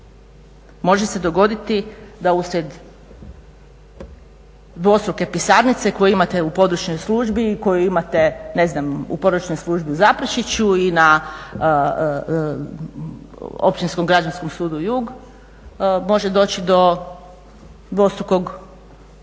Može se dogoditi da uslijed dvostruke pisarnice koju imate u područnoj službi koju imate ne znam u Područnoj službi u Zaprešiću i na Općinskom građanskom sudu jug može doći do dvostrukog upisa ili